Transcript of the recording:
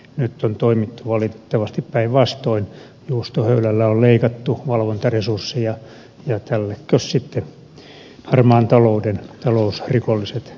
nyt on toimittu valitettavasti päinvastoin juustohöylällä on leikattu valvontaresursseja ja tällekös sitten harmaan talouden talousrikolliset nauravat